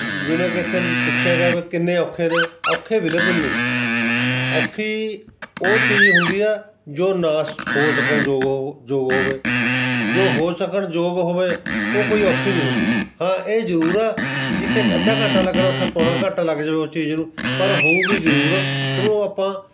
ਜਿਵੇਂ ਕਿ ਇੱਥੇ ਪੁੱਛਿਆ ਗਿਆ ਵੀ ਕਿੰਨੇ ਔਖੇ ਨੇ ਔਖੇ ਬਿਲਕੁਲ ਨਹੀਂ ਔਖੀ ਉਹ ਚੀਜ਼ ਹੁੰਦੀ ਆ ਜੋ ਨਾ ਸ ਹੋ ਸਕਣ ਯੋਗ ਯੋਗ ਹੋਵੇ ਜੋ ਹੋ ਸਕਣ ਯੋਗ ਹੋਵੇ ਉਹ ਕੋਈ ਔਖੀ ਨਹੀਂ ਹੁੰਦੀ ਹਾਂ ਇਹ ਜ਼ਰੂਰ ਆ ਵੀ ਜਿੱਥੇ ਅੱਧਾ ਘੰਟਾ ਲੱਗਣਾ ਉੱਥੇ ਪੌਣਾ ਘੰਟਾ ਲੱਗ ਜਾਵੇ ਉਸ ਚੀਜ਼ ਨੂੰ ਪਰ ਹੋਊਗੀ ਜ਼ਰੂਰ ਪਰ ਉਹ ਆਪਾਂ